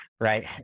right